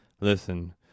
listen